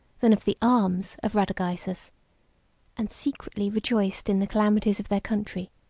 than of the arms, of radagaisus and secretly rejoiced in the calamities of their country,